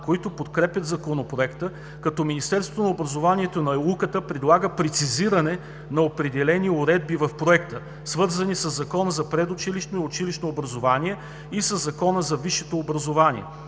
които подкрепят Законопроекта, като Министерството на образованието и науката предлага прецизиране на определени уредби в Проекта, свързани със Закона за предучилищно и училищно образование и със Закона за висшето образование.